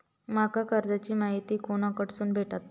माका कर्जाची माहिती कोणाकडसून भेटात?